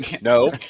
no